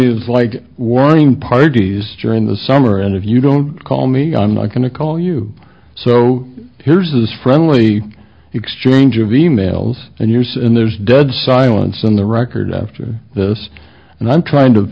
is like warring parties during the summer and if you don't call me i'm not going to call you so here's a friendly exchange of emails and yours and there's dead silence on the record after this and i'm trying to